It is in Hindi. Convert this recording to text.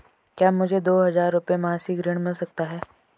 क्या मुझे दो हज़ार रुपये मासिक ऋण मिल सकता है?